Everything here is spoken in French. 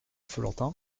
follentin